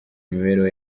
imibereho